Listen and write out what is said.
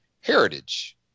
Heritage